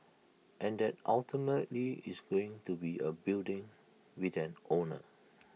and that ultimately is going to be A building with an owner